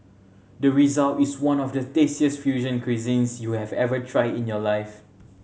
the result is one of the tastiest fusion cuisines you have ever tried in your life